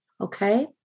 Okay